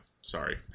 Sorry